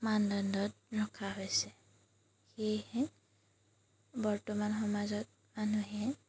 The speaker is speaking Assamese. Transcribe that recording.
মানদণ্ডত ৰখা হৈছে সেয়েহে বৰ্তমান সমাজত মানুহে